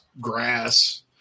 grass